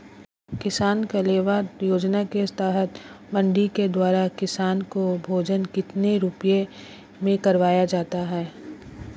किसान कलेवा योजना के तहत मंडी के द्वारा किसान को भोजन कितने रुपए में करवाया जाता है?